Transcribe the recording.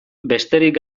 besterik